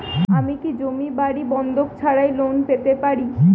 আমি কি জমি বাড়ি বন্ধক ছাড়াই লোন পেতে পারি?